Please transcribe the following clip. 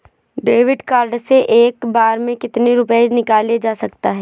David card से एक बार में कितनी रूपए निकाले जा सकता है?